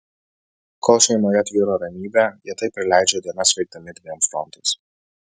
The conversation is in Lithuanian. kol šeimoje tvyro ramybė jie taip ir leidžia dienas veikdami dviem frontais